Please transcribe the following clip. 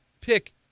pick